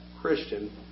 Christian